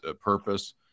purpose